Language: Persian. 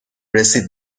رسید